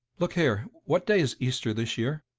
look here what day is easter this year?